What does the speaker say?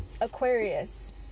Aquarius